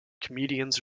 comedians